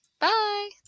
bye